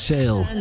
Sale